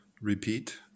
repeat